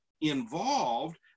involved